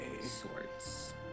swords